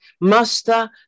Master